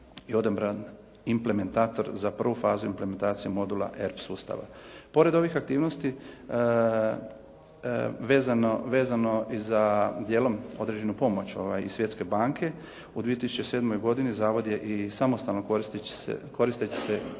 i odabran implementator za prvu fazu implementacije modula RP sustava. Pored ovih aktivnosti, vezano za dijelom određenu pomoć i Svjetske banke, u 2007. godini zavod je i samostalno koristeći se